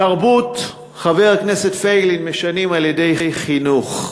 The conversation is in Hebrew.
תרבות, חבר הכנסת פייגלין, משנים על-ידי חינוך,